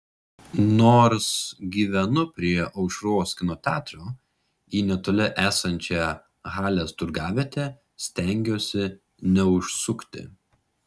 nors gyvenu prie aušros kino teatro į netoli esančią halės turgavietę stengiuosi neužsukti